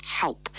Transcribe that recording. help